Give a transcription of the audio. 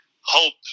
hope